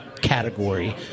category